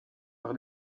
par